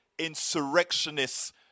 insurrectionists